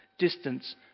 distance